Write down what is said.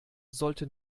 sollte